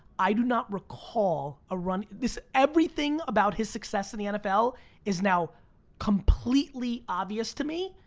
i do not recall a run, this, everything about his success in the nfl is now completely obvious to me,